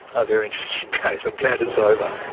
a very interesting case, i'm glad it's over.